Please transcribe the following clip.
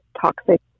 toxic